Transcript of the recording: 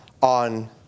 on